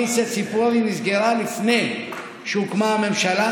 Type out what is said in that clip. פניציה ציפורי נסגר לפני שהוקמה הממשלה.